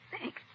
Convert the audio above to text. Thanks